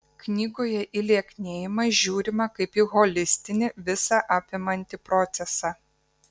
knygoje į lieknėjimą žiūrima kaip į holistinį visą apimantį procesą